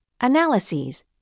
analyses